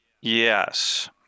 Yes